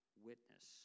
witness